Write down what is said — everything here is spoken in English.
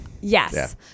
Yes